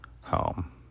home